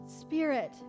spirit